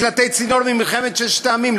מקלטי צינור ממלחמת ששת הימים,